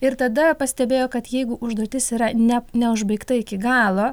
ir tada pastebėjo kad jeigu užduotis yra ne neužbaigta iki galo